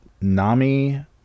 Nami